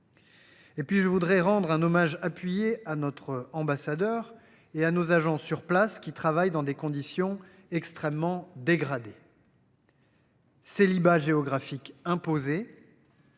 tiens également à rendre un hommage appuyé à notre ambassadeur et à nos agents sur place, qui travaillent dans des conditions extrêmement dégradées : célibat géographique imposé